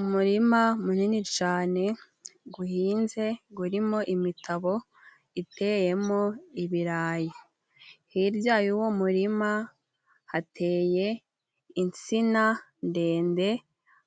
Umurima munini cane guhinze gurimo imitabo iteyemo ibirayi. Hirya y'uwo murima hateye insina ndende